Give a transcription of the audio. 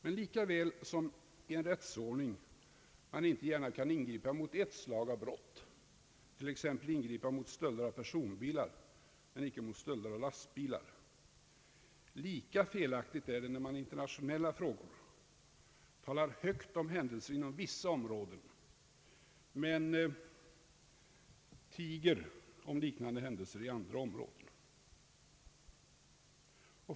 Men lika väl som man i en rättsordning inte gärna kan ingripa t.ex. mot stölder av personbilar utan att ingripa också mot stölder av lastbilar, lika fel aktigt är det när man i internationella frågor talar högt om händelser inom vissa områden men tiger om liknande händelser på andra områden.